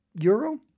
euro